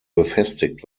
befestigt